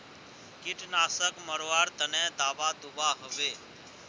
कीटनाशक मरवार तने दाबा दुआहोबे?